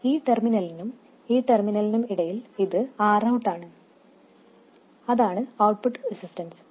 ഈ ടെർമിനലിനും ഈ ടെർമിനലിനും ഇടയിൽ ഇത് Rout ആണ് അതാണ് ഔട്ട്പുട്ട് റെസിസ്റ്റൻസ്